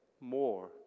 more